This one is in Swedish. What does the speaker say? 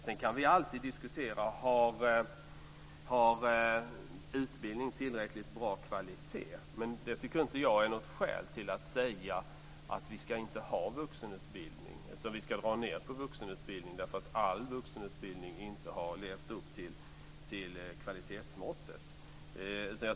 Vi kan alltid diskutera om utbildningen har tillräckligt bra kvalitet. Det är inte något skäl till att säga att vi inte ska ha vuxenutbildning, att vi ska dra ned på vuxenutbildningen därför att all vuxenutbildning inte har levt upp till kvalitetsmåttet.